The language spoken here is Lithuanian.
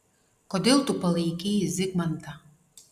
kodėl tu palaikei zygmantą